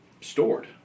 stored